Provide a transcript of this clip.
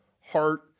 heart